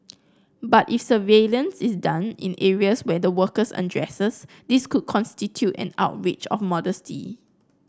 but if surveillance is done in areas where the workers undresses this could constitute an outrage of modesty